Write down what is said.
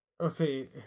Okay